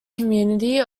community